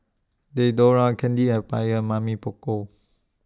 Diadora Candy Empire Mamy Poko